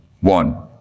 One